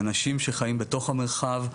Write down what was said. האנשים שחיים בתוך המרחב,